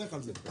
לך על זה.